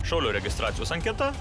šaulio registracijos anketa